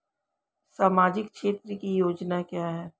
सामाजिक क्षेत्र की योजना क्या है?